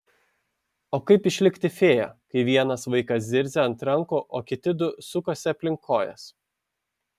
o kaip išlikti fėja kai vienas vaikas zirzia ant rankų o kiti du sukasi aplink kojas